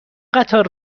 قطار